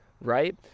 right